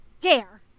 Dare